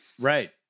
Right